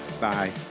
Bye